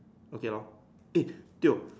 okay lor if to